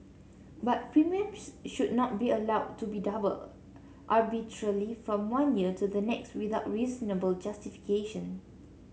but premiums should not be allowed to be doubled arbitrarily from one year to the next without reasonable justification